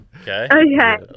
Okay